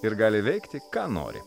ir gali veikti ką nori